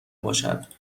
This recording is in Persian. باشد